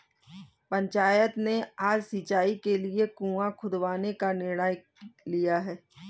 पंचायत ने आज सिंचाई के लिए कुआं खुदवाने का निर्णय लिया है